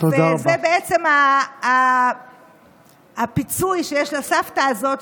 וזה בעצם הפיצוי שיש לסבתא הזאת,